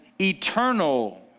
eternal